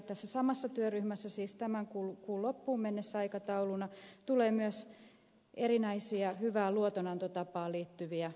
tässä samassa työryhmässä siis aikataululla tämän kuun loppuun mennessä tulee myös erinäisiä hyvään luotonantotapaan liittyviä säännöksiä